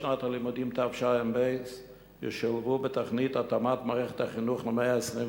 בשנת הלימודים תשע"ב ישולבו בתוכנית "התאמת מערכת החינוך למאה ה-21"